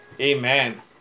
Amen